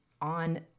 on